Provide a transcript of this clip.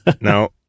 no